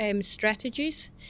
strategies